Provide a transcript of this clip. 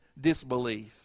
disbelief